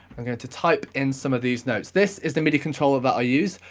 i'm going to type in some of these notes. this is the midi controller that i use.